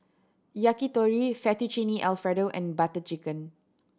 Yakitori Fettuccine Alfredo and Butter Chicken